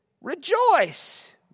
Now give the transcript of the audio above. rejoice